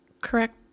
correct